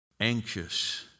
Anxious